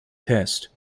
test